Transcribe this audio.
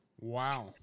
Wow